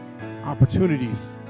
Opportunities